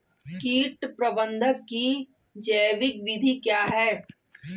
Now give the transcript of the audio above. कीट प्रबंधक की जैविक विधि क्या है?